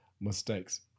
mistakes